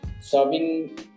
Serving